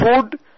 food